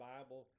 Bible